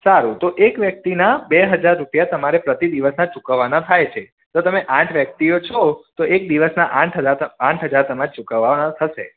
સારું તો એક વ્યક્તિના બે હજાર રૂપિયા તમારે પ્રતિ દિવસના ચૂકવવાનાં થાય છે તો તમે આઠ વ્યક્તિઓ છો તો એક દિવસના આઠ હ આઠ હજાર તમારે ચૂકવવાનાં થશે